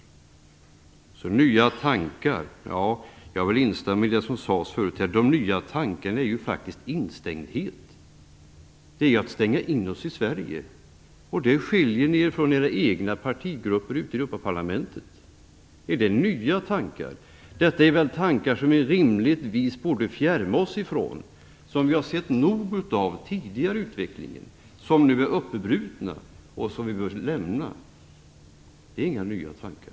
När det gäller de nya tankarna vill jag instämma i det som sades förut. De nya tankarna är faktiskt instängdhet. Det är att stänga in oss i Sverige. Där skiljer ni er från era egna partigrupper i Europaparlamentet. Är det nya tankar? Detta är väl tankar som vi rimligtvis borde fjärma oss ifrån, och som vi sett nog av tidigare i utvecklingen. De är uppbrutna nu och vi bör lämna dem. Det är inga nya tankar.